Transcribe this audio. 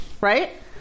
right